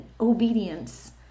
obedience